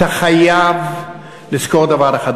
אתה חייב לזכור דבר אחד,